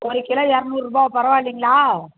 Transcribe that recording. ஒரு கிலோ இரநூறுபா பரவால்லைங்களா